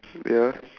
ya